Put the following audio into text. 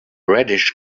reddish